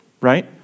right